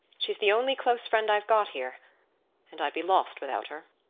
she's the only close friend i've got here and i'd be lost without her.